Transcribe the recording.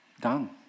Done